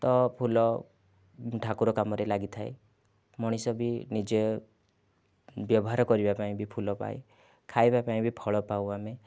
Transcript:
ତ ଫୁଲ ଠାକୁର କାମରେ ଲାଗିଥାଏ ମଣିଷ ବି ନିଜେ ବ୍ୟବହାର କରିବା ପାଇଁ ବି ଫୁଲ ପାଏ ଖାଇବା ପାଇଁ ବି ଫଳ ପାଉ ଆମେ